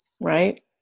right